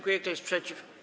Kto jest przeciw?